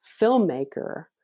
filmmaker